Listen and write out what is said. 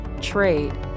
trade